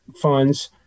funds